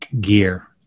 gear